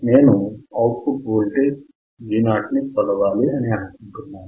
నేను output voltage V0 ని కొలవాలి అని అనుకొంటున్నాను